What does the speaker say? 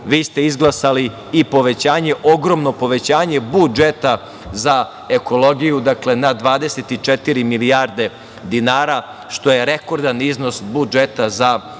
vi ste izglasali i povećanje, ogromno povećanje budžeta za ekologiju, dakle, na 24 milijarde dinara, što je rekordan iznos budžeta za